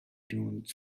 dune